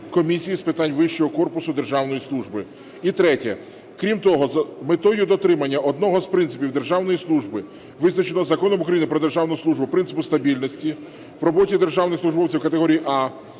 Комісії з питань вищого корпусу державної служби. І третє. Крім того, з метою дотримання одного з принципів державної служби, визначеного Законом України "Про державну службу", принципу стабільності в роботі державних службовців категорії "А"